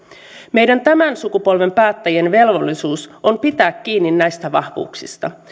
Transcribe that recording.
meidän tämän sukupolven päättäjien velvollisuus on pitää kiinni näistä vahvuuksista